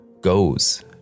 goes